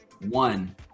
one